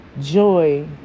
joy